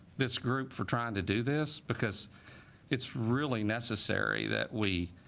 this group for trying to do this because it's really necessary that we